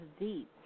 deep